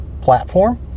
platform